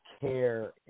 care